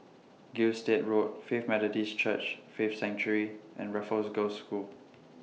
Gilstead Road Faith Methodist Church Faith Sanctuary and Raffles Girls' School